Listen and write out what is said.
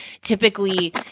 typically